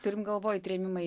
turim galvoj trėmimai